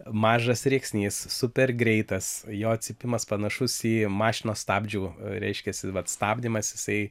mažas rėksnys super greitas jo cypimas panašus į mašinos stabdžių reiškiasi vat stabdymas jisai